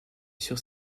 sur